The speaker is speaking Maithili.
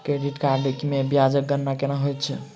क्रेडिट कार्ड मे ब्याजक गणना केना होइत छैक